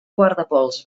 guardapols